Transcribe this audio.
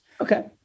okay